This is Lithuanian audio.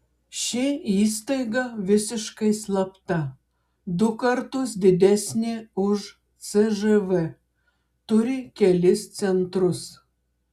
ši įstaiga visiškai slapta du kartus didesnė už cžv turi kelis centrus